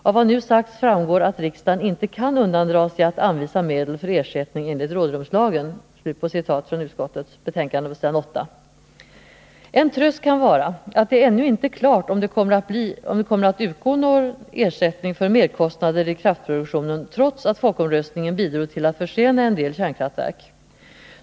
Av vad nu sagts framgår att riksdagen inte kan undandra sig att anvisa medel för ersättning enligt rådrumslagen.” En tröst kan vara att det ännu inte är klart om det kommer att utgå någon ersättning för merkostnader i kraftproduktionen, trots att folkomröstningen bidrog till att försena en del kärnkraftverk.